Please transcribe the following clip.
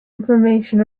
information